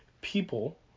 people